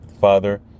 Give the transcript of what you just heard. father